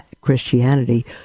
Christianity